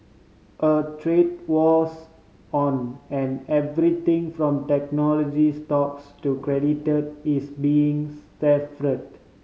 a trade war's on and everything from technology stocks to credit is being strafed